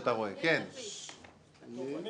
אתה צריך להתבייש --- נא להוציא את חבר הכנסת יונה.